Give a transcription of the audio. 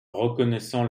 reconnaissant